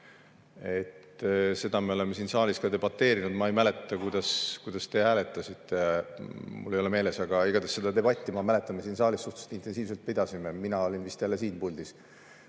üle me oleme siin saalis ka debateerinud. Ma ei mäleta, kuidas te hääletasite, mul ei ole meeles, aga igatahes seda debatti ma mäletan – seda me siin saalis suhteliselt intensiivselt pidasime. Mina olin vist jälle siin puldis.